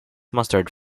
mustard